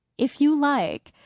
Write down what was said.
if you like,